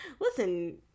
listen